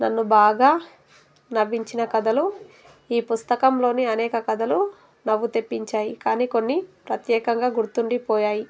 నన్ను బాగా నవ్వించిన కథలు ఈ పుస్తకంలోని అనేక కథలు నవ్వు తెప్పించాయి కానీ కొన్ని ప్రత్యేకంగా గుర్తుండిపోయాయి